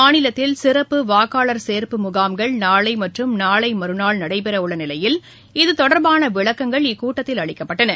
மாநிலத்தில் சிறப்பு வாக்காளர் சேர்ப்பு முகாம்கள் நாளை மற்றும் நாளை மறுநாள் நடைபெறவுள்ள நிலையில் இது தொடர்பான விளக்கங்கள் இக்கூட்டத்தில் அளிக்கப்பட்டன